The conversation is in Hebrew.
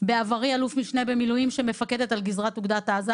בעברי אני אל"מ במילואים שמפקדת על גזרת אוגדת עזה